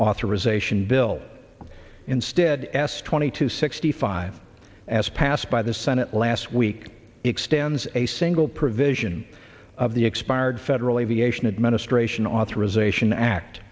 authorization bill instead s twenty two sixty five as passed by the senate last week extends a single provision of the expired federal aviation administration authorization act